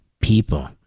people